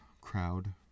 crowd